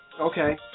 Okay